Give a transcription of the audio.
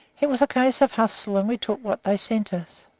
it was a case of hustle, and we took what they sent us.